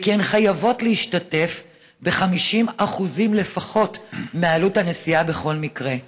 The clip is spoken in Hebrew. וכי הן חייבות להשתתף ב-50% לפחות מעלות הנסיעה בכל מקרה.